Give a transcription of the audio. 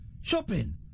shopping